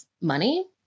money